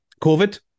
Covid